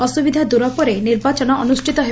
ଅସୁବିଧା ଦୂର ପରେ ନିର୍ବାଚନ ଅନୁଷିତ ହେବ